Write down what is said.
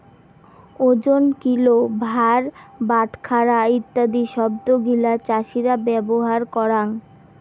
ওজন, কিলো, ভার, বাটখারা ইত্যাদি শব্দ গিলা চাষীরা ব্যবহার করঙ